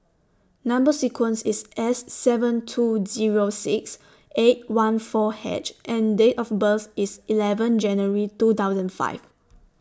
Number sequence IS S seven two Zero six eight one four H and Date of birth IS eleven January two thousand five